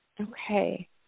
okay